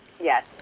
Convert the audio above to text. Yes